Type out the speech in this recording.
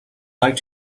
like